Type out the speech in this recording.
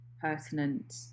pertinent